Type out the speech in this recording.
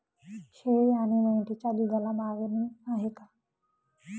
शेळी आणि मेंढीच्या दूधाला मागणी आहे का?